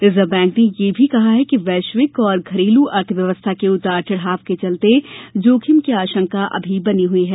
reserve bank ने यह भी कहा है कि वैश्विक और घरेलू अर्थ व्यवस्था के उतार चढ़ाव के चलते जोखिम की आशंका अभी बनी हुई है